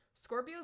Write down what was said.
Scorpios